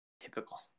typical